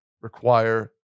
require